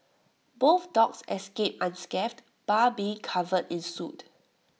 both dogs escaped unscathed bar be covered in soot